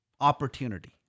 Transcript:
opportunity